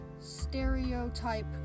stereotype